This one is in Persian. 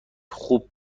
خوب